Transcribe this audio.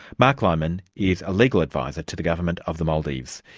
marc limon is a legal adviser to the government of the maldives.